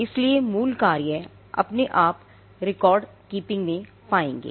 इसलिए मूल कार्य आप रिकॉर्ड कीपिंग में पाएंगे